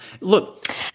Look